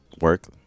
work